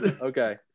okay